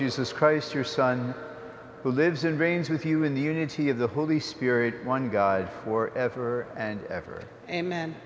jesus christ your son who lives and reigns with you in the unity of the holy spirit one god for ever and ever amen